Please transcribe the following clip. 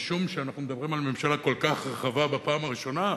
משום שאנחנו מדברים על ממשלה כל כך רחבה בפעם הראשונה,